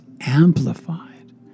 amplified